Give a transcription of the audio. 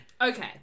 Okay